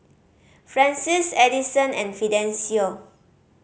Francies Edison and Fidencio